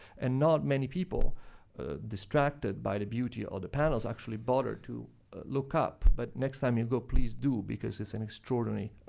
and not many people distracted by the beauty of the panels actually bother to look up, but next time you go, please do, because it's an extraordinary